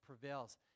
prevails